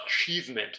achievement